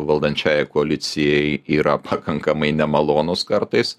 valdančiajai koalicijai yra pakankamai nemalonūs kartais